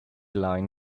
line